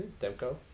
demko